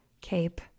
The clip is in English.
Cape